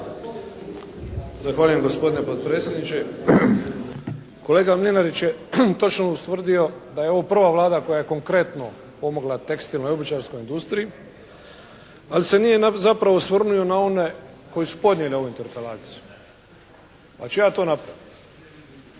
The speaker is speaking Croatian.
Zahvaljujem gospodine potpredsjedniče. Kolega Mlinarić je točno ustvrdio da je ovo prva Vlada koja je konkretno pomogla tekstilnoj i obućarskoj industriji, ali se nije zapravo osvrnuo na one koji …/Govornik se ne razumije./… interpelaciju pa ću ja to napraviti.